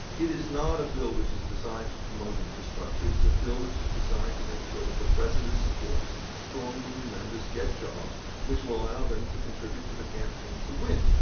it is not a bill which is designed to promote infrastructure. it is a bill which is designed to make sure that the president's supporters, strong union members get jobs which will allow them to contribute to the campaign to win.